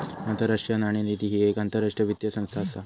आंतरराष्ट्रीय नाणेनिधी ही येक आंतरराष्ट्रीय वित्तीय संस्था असा